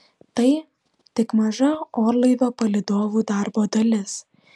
tai tik maža orlaivio palydovų darbo dalis